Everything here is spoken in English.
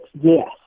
Yes